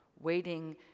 waiting